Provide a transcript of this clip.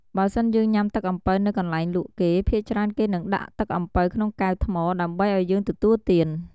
បើសិនយើងញុាំទឹកអំពៅនៅកន្លែងលក់គេ ភាគច្រើនគេនឹងដាក់ទឹកអំពៅក្នុងកែវថ្មដើម្បីឱ្យយើងទទួលទាន។